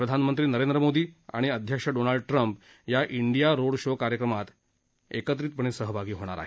प्रधानमंत्री नरेंद्र मोदी आणि अध्यक्ष डोनाल्ड ट्रम्प या इंडिया रोडशो मध्ये एकत्रितपणे सहभागी होणार आहेत